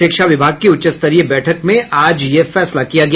शिक्षा विभाग की उच्चस्तरीय बैठक में आज यह फैसला किया गया